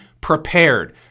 prepared